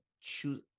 choose